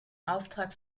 auftrag